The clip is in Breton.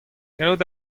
gallout